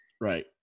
right